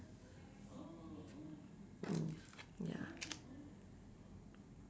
mm ya